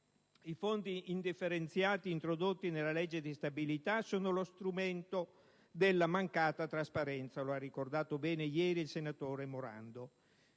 I Fondi indifferenziati introdotti nella legge di stabilità sono lo strumento della mancata trasparenza, come ha ben ricordato ieri il senatore Morando.